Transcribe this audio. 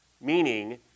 meaning